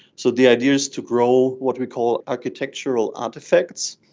so the idea is to grow what we call architectural artefacts,